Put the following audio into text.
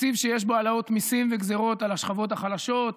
תקציב שיש בו העלאות מיסים וגזרות על השכבות החלשות,